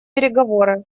переговоры